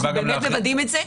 אנחנו באמת מוודאים את זה.